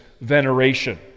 veneration